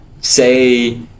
say